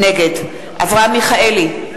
נגד אברהם מיכאלי,